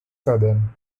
southern